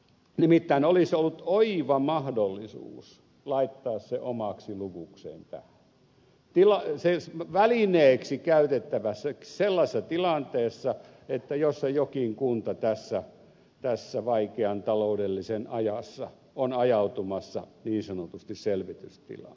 nimittäin olisi ollut oiva mahdollisuus laittaa se omaksi luvukseen tähän välineeksi käytettäväksi sellaisessa tilanteessa jossa jokin kunta tässä vaikeassa taloudellisessa ajassa on ajautumassa niin sanotusti selvitystilaan